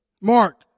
Mark